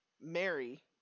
Mary